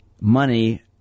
money